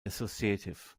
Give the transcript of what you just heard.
associative